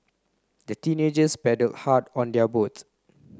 the teenagers paddled hard on their boats